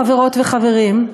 חברות וחברים,